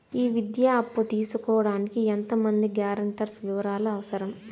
ఈ విద్యా అప్పు తీసుకోడానికి ఎంత మంది గ్యారంటర్స్ వివరాలు అవసరం?